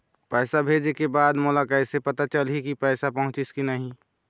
पैसा भेजे के बाद मोला कैसे पता चलही की पैसा पहुंचिस कि नहीं?